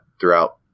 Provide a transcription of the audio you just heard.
throughout